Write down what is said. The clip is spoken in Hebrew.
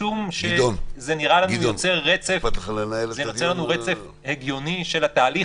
משום שנראה לנו שזה יוצר רצף הגיוני של התהליך.